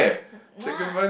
no [what]